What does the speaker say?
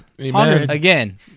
Again